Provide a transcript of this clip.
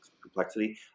complexity